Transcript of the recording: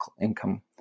income